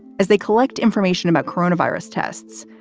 as they collect information about coronavirus tests,